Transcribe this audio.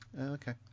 Okay